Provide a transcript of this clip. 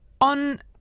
on